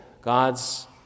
God's